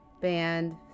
band